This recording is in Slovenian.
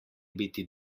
biti